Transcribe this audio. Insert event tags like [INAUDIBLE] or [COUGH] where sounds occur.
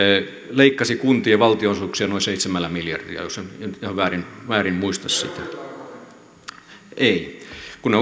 leikkasi kuntien valtionosuuksia noin seitsemällä miljardilla jos en nyt ihan väärin väärin muista ei kun [UNINTELLIGIBLE]